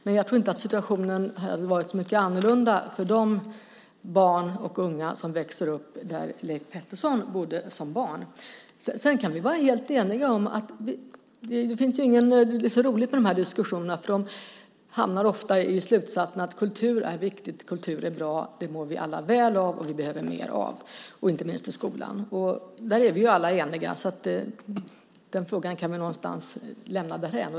Men jag tror inte att situationen hade varit så annorlunda för de barn och unga som växer upp där Leif Pettersson bodde som barn. Det är så roligt med dessa diskussioner eftersom de ofta hamnar i slutsatsen att kultur är viktigt, att kultur är bra, att vi alla mår väl av kultur och behöver mer av kultur - inte minst i skolan. Där är vi alla eniga. Den frågan kan vi lämna därhän.